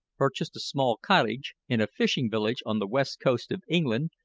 purchased a small cottage in a fishing village on the west coast of england,